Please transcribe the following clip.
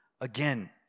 again